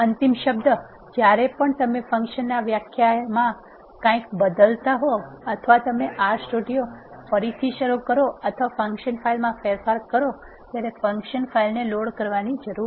અંતિમ શબ્દ જ્યારે પણ તમે ફંક્શન વ્યાખ્યામાં કંઈક બદલતા હો અથવા તમે R સ્ટુડિયો ફરીથી શરૂ કરો અથવા ફંક્શન ફાઇલમાં ફેરફાર કરો ત્યારે ફંકશન ફાઇલને લોડ કરવાની જરૂર છે